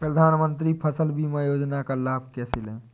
प्रधानमंत्री फसल बीमा योजना का लाभ कैसे लें?